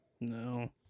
No